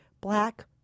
Black